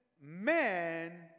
man